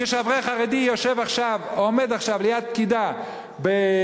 כשאברך חרדי יושב עכשיו או עומד עכשיו ליד פקידה ב"הדסה",